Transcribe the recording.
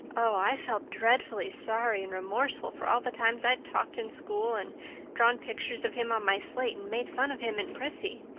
oh, i felt dreadfully sorry and remorseful for all the times i'd talked in school and drawn pictures of him on my slate and made fun of him and prissy.